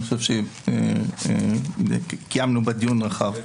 אני חושב שקיימנו בה דיון רחב.